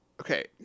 Okay